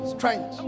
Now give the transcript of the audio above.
Strength